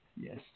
yes